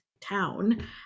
town